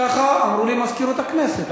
ככה אמרו לי ממזכירות הכנסת.